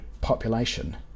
population